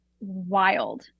wild